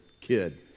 kid